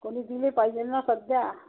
कोणी दिले पाहिजेल ना सध्या